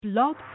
Blog